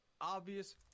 obvious